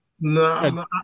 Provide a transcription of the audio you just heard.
No